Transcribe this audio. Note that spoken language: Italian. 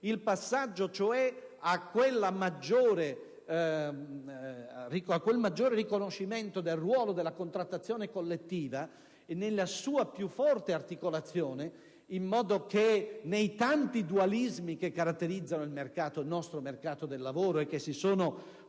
il passaggio a quel maggior riconoscimento del ruolo della contrattazione collettiva nella sua più forte articolazione e nei tanti dualismi che caratterizzano il nostro mercato del lavoro e che si sono